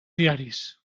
diaris